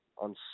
On